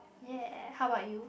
ya how bout you